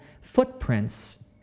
Footprints